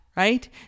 Right